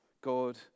God